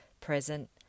present